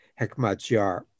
Hekmatyar